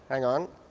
hang on.